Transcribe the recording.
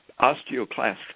osteoclast